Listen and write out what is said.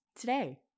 today